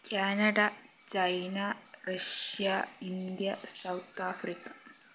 Canada China Russia India South Africa